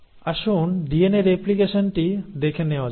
আসুন ডিএনএ রেপ্লিকেশনটি দেখে নেওয়া যাক